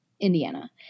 Indiana